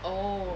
oh